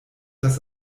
das